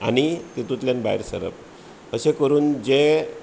आनी तितुल्यान भायर सरप असो करुन जे